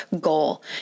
goal